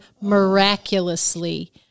miraculously